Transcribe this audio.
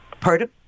Pardon